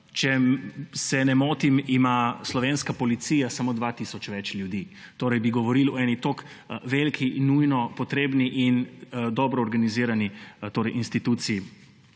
če se ne motim, ima slovenska policija samo 2 tisoč več ljudi. Torej bi govorili o eni tako veliki nujno potrebni in dobro organizirani institucij,